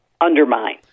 undermine